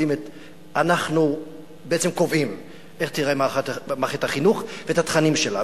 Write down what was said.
אנחנו בעצם קובעים איך תיראה מערכת החינוך ואת התכנים שלה.